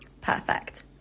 Perfect